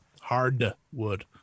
Hardwood